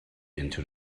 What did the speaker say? into